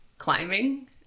climbing